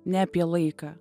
ne apie laiką